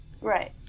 right